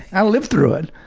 i lived through it.